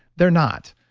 they're not.